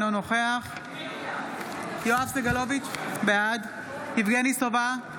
אינו נוכח יואב סגלוביץ' בעד יבגני סובה,